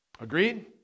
Agreed